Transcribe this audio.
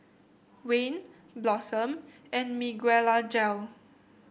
Wayne Blossom and Miguelangel